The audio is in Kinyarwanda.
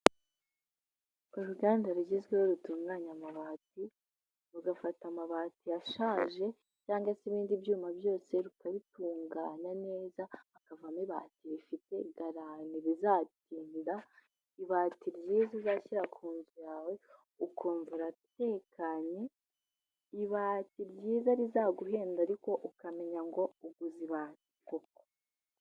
Uruganda rugezweho rutunganya amabati, rugafata amabati ashaje cyangwa se ibindi byuma byose rukabitunganya neza, hakavamo ibati rifite garanti rizatinda, ibati ryiza uzashyira ku nzu yawe ukumva uratekanye, ibati ryiza rizaguhenda ariko ukamenya ngo uguze ibati koko!